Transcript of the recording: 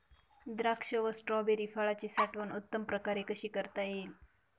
द्राक्ष व स्ट्रॉबेरी फळाची साठवण उत्तम प्रकारे कशी करता येईल?